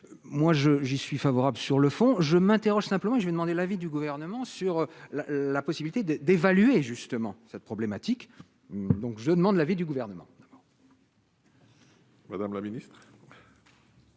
moi je j'y suis favorable sur le fond, je m'interroge simplement je vais demander l'avis du gouvernement sur la la possibilité de d'évaluer justement cette problématique, donc je demande l'avis du gouvernement. Madame la Ministre.